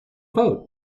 vote